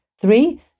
three